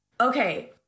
Okay